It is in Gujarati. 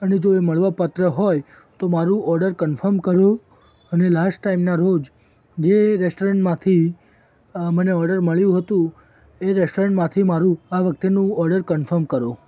અને જો એ મળવાપાત્ર હોય તો મારું ઑર્ડર કન્ફર્મ કરવું અને લાસ્ટ ટાઇમના રોજ જે રૅસ્ટરન્ટમાંથી મને ઑર્ડર મળ્યું હતું એ રેસ્ટરૉમાંથી મારું આ વખતનું ઑર્ડર કન્ફર્મ કરો